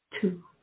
two